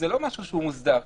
זה לא משהו שהוא מוסדר כאן,